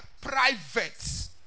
private